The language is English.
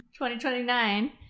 2029